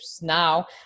now